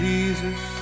Jesus